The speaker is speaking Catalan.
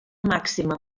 màxima